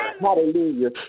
Hallelujah